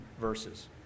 verses